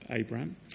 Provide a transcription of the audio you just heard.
Abram